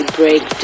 break